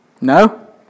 No